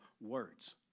words